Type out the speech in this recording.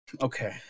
okay